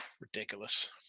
ridiculous